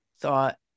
thought